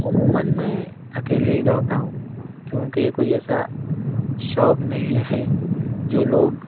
عموماً میں اکیلے ہی دوڑتا ہوں کیونکہ کوئی ایسا شوق نہیں ہے جو لوگ